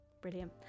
Brilliant